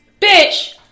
Bitch